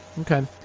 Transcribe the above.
okay